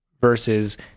versus